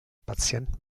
patient